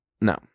No